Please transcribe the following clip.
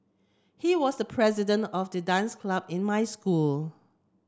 he was the president of the dance club in my school